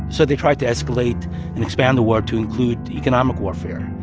so they tried to escalate and expand the war to include economic warfare.